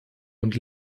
und